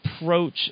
approach